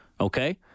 Okay